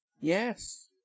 Yes